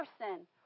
person